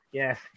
yes